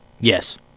Yes